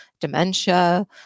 dementia